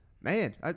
man